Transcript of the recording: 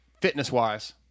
fitness-wise